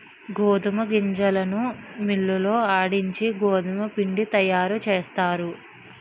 గోధుమ గింజలను మిల్లి లో ఆడించి గోధుమపిండి తయారుచేస్తారు